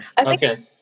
Okay